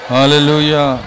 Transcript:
Hallelujah